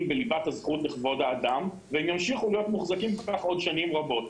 בליבת הזכות בכבוד האדם והם ימשיכו להיות מוחזקים כך עוד שנים רבות.